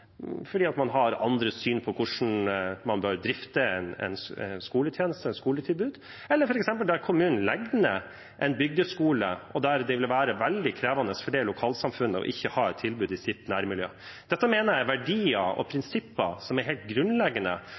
fordi man har et annet syn på hvordan man bør drifte et skoletilbud, eller der kommunen legger ned en bygdeskole og det vil være veldig krevende for lokalsamfunnet ikke å ha et tilbud i sitt nærmiljø. Dette mener jeg er verdier og prinsipper som er helt grunnleggende,